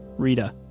reta.